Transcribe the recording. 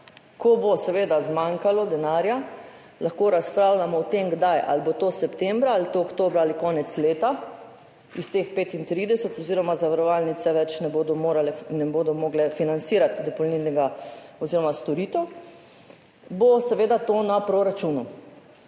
ko bo seveda zmanjkalo denarja – lahko razpravljamo o tem, kdaj, ali bo to septembra ali oktobra ali konec leta – iz teh 35 oziroma zavarovalnice več ne bodo mogle financirati dopolnilnega oziroma storitev, bo seveda to na proračunu.